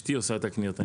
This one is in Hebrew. אשתי עושה את הקניות,